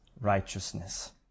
righteousness